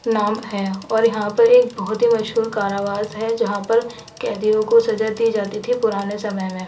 نام ہے اور یہاں پر ایک بہت ہی مشہور کاراواس ہے جہاں پر قیدیوں کو سزا دی جاتی تھی پرانے سمے میں